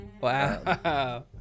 Wow